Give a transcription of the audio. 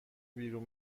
بیرون